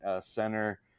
center